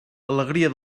alegria